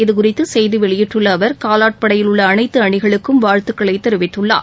இதுகுறித்து செய்தி வெளியிட்டுள்ள அவர் நமது காலாட் படையில் உள்ள அனைத்து அணிகளுக்கும் வாழ்த்துதெரிவித்துள்ளார்